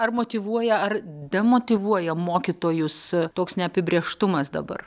ar motyvuoja ar demotyvuoja mokytojus toks neapibrėžtumas dabar